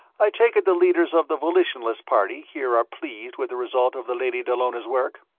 i take it the leaders of the volitionalist party here are pleased with the result of the lady dallona's work?